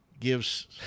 Gives